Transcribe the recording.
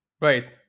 Right